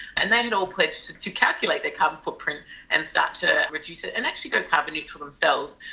and they had all pledged to calculate their carbon footprint and start to reduce it, and actually go carbon neutral themselves.